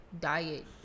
diet